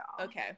Okay